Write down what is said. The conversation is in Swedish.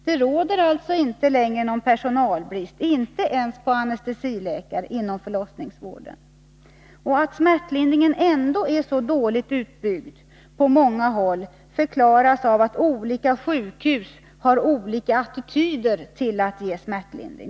Det råder alltså inte längre någon personalbrist, inte ens på anestesiläkare, inom förlossningsvården. Att smärtlindringen ändå är så dåligt utbyggd på många håll förklaras av att olika sjukhus har olika attityder till att ge smärtlindring.